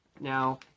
Now